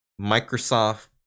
Microsoft